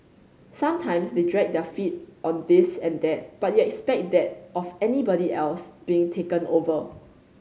sometimes they dragged their feet on this and that but you expect that of anybody else being taken over